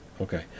Okay